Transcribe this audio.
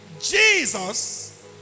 Jesus